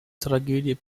tragödie